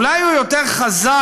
אולי הוא יותר חזק,